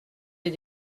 des